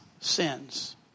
sins